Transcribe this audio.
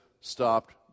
stopped